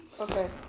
Okay